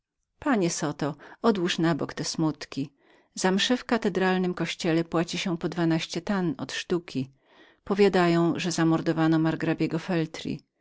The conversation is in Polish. jego pomieszanie rzekł odłóż na bok te smutki panie zoto za msze w katedralnym kościele płaci się po dwa skudy od sztuki powiadają że zamordowano margrabiego feltri